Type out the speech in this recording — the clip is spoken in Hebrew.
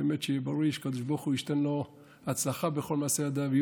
באמת שיהיה בריא ושהקדוש ברוך הוא ייתן לו הצלחה בכל מעשי ידיו,